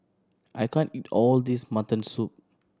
I can't eat all this mutton soup